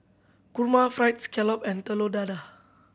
kurma Fried Scallop and Telur Dadah